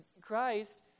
Christ